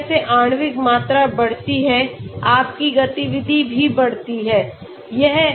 जैसे जैसे आणविक मात्रा बढ़ती है आपकी गतिविधि भी बढ़ती है